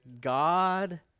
God